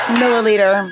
milliliter